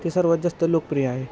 ते सर्वात जास्त लोकप्रिय आहे